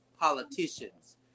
politicians